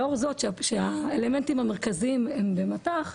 לאור זאת שהאלמנטים המרכזיים הם במט"ח,